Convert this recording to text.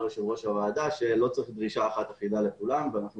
יושב ראש הוועדה שלא צריך דרישה אחת אחידה לכולם ואנחנו